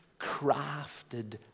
crafted